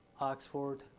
Oxford